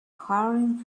hurrying